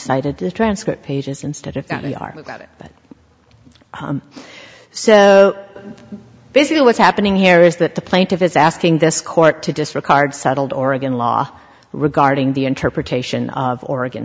cited the transcript pages instead of the article so basically what's happening here is that the plaintiff is asking this court to disregard settled oregon law regarding the interpretation of oregon